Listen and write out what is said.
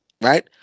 Right